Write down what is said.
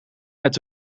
met